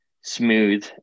smooth